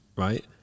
Right